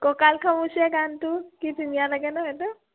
কঁকাল খামুচীয়া গানটো কি ধুনীয়া লাগে ন এইটো